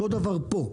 אותו הדבר גם פה: